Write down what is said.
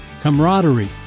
camaraderie